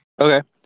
Okay